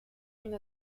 une